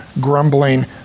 grumbling